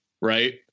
right